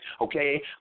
Okay